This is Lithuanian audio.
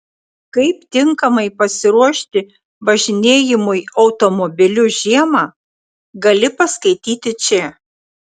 kaip tinkamai pasiruošti važinėjimui automobiliu žiemą gali paskaityti čia